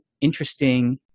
interesting